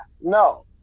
no